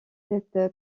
cette